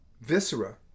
viscera